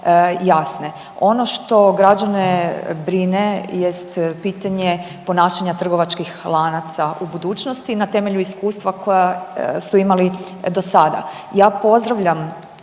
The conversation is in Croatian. jasne. Ono što građane brine jest pitanje ponašanja trgovačkih lanaca u budućnosti na temelju iskustva koja su imali dosada. Ja pozdravljam